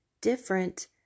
different